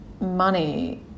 money